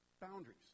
boundaries